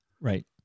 right